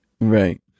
Right